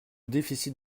déficit